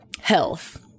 health